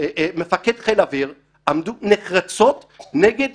ולצדו מפקד חיל האוויר, עמדו נחרצות נגד